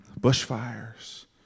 bushfires